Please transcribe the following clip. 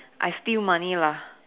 I steal money lah